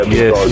yes